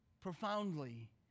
profoundly